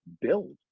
build